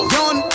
Young